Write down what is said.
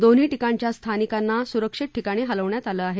दोन्ही ठिकाणच्या स्थानिकांना सुरक्षित ठिकाणी हलवण्यात आलं आहे